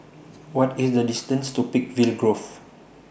What IS The distance to Peakville Grove